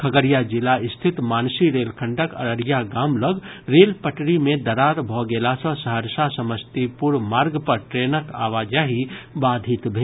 खगड़िया जिला रिथत मानसी रेलखंडक अररिया गाम लऽग रेल पटरी मे दरार भऽ गेला सँ सहरसा समस्तीपुर मार्ग पर ट्रेनक आवाजाही बाधित भेल